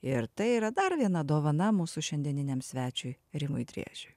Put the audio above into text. ir tai yra dar viena dovana mūsų šiandieniniam svečiui rimui driežiui